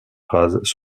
phrases